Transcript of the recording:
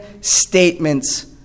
Statements